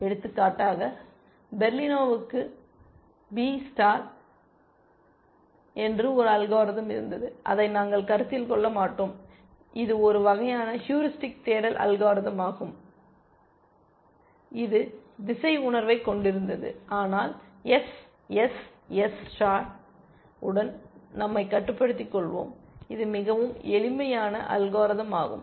எடுத்துக்காட்டாக பெர்லினோவுக்கு B star என்று ஒரு அல்காரிதம் இருந்தது அதை நாங்கள் கருத்தில் கொள்ள மாட்டோம் இது ஒரு வகையான ஹூரிஸ்டிக் தேடல் அல்காரிதம்யாகும் இது திசை உணர்வைக் கொண்டிருந்தது ஆனால் எஸ்எஸ்எஸ் ஸ்டார் உடன் நம்மை கட்டுப்படுத்திக் கொள்வோம் இது மிகவும் எளிமையான அல்காரிதம் ஆகும்